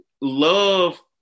love